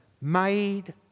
made